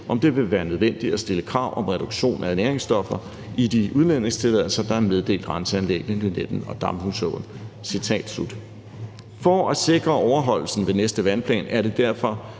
om det vil være nødvendigt at stille krav om reduktion af næringsstoffer i de udledningstilladelser, der er meddelt renseanlæggene Lynetten og Damhusåen. Citat slut. For at sikre overholdelsen ved næste vandplan er det derfor